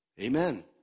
Amen